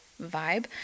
vibe